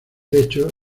techo